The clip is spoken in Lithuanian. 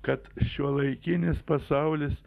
kad šiuolaikinis pasaulis